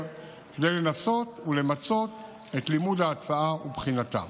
כדי לנסות למצות את לימוד ההצעה ובחינתה.